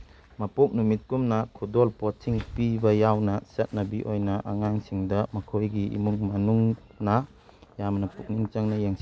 ꯃꯄꯣꯛ ꯅꯨꯃꯤꯠꯀꯨꯝꯅ ꯈꯨꯗꯣꯜ ꯄꯣꯠꯁꯤꯡ ꯄꯤꯕ ꯌꯥꯎꯅ ꯆꯠꯅꯕꯤ ꯑꯣꯏꯅ ꯑꯉꯥꯡꯁꯤꯡꯗ ꯃꯈꯣꯏꯒꯤ ꯏꯃꯨꯡ ꯃꯅꯨꯡꯅ ꯌꯥꯝꯅ ꯄꯨꯛꯅꯤꯡ ꯆꯪꯅ ꯌꯦꯡꯁꯤ